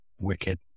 Wicked